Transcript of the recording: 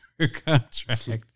Contract